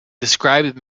described